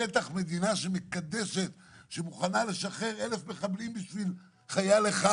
בטח מדינה שמוכנה לשחרר אלף מחבלים בשביל חייל אחד,